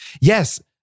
yes